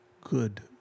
good